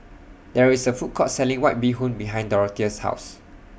There IS A Food Court Selling White Bee Hoon behind Dorothea's House